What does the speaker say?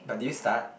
but did you start